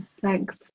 thanks